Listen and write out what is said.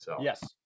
Yes